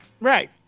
Right